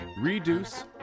Reduce